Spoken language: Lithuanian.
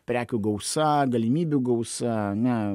prekių gausa galimybių gausa ane